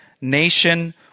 nation